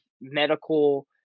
medical –